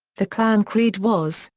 the klan creed was,